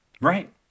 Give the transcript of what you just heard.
Right